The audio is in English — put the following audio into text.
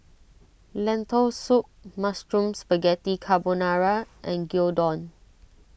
Lentil Soup Mushroom Spaghetti Carbonara and Gyudon